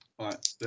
right